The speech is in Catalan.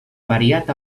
variat